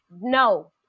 No